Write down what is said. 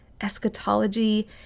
Eschatology